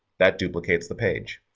that duplicates the page.